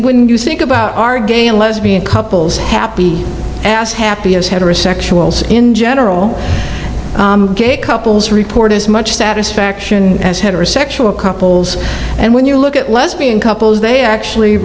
wouldn't you think about are gay and lesbian couples happy ass happy as heterosexuals in general reported as much satisfaction as heterosexual couples and when you look at lesbian couples they actually